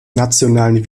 nationalen